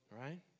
right